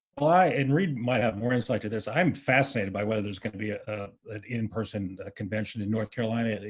and reid might have more insight to this. i'm fascinated by whether there's going to be ah ah in-person convention in north carolina, and you